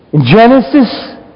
Genesis